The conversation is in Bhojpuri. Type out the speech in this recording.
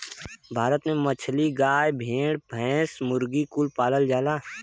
भारत में मछली, गाय, भेड़, भैंस, मुर्गी कुल पालल जाला